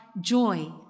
joy